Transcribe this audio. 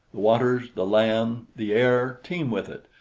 the waters, the land, the air teem with it,